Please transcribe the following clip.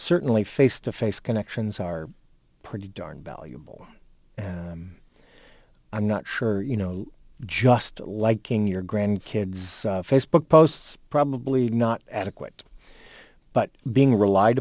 certainly face to face connections are pretty darn valuable i'm not sure you know just liking your grand kids facebook posts probably not adequate but being relied